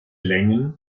längen